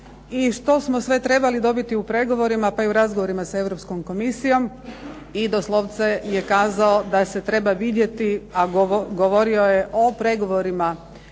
što smo sve trebali dobiti u pregovorima, pa i u razgovoru sa Europskom komisijom i doslovce je kazao da se treba vidjeti, a govorio je o pregovorima